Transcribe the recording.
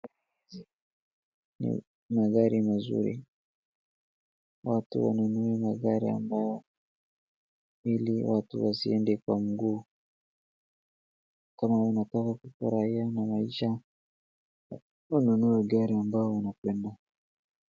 Ni magari mazuri, watu wanunue magari ambayo ili watu wasiende kwa mguu. Kama unataka kufurahia na maisha ununue gari ambayo unapenda.